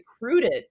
recruited